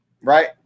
Right